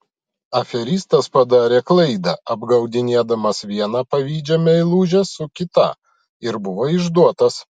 aferistas padarė klaidą apgaudinėdamas vieną pavydžią meilužę su kita ir buvo išduotas